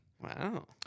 Wow